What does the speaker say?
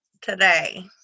today